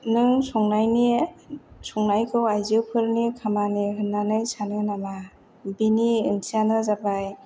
नों संनायनि संनायखौ आइजोफोरनि खामानि होन्नानै सानो नामा बेनि ओंथियानो जाबाय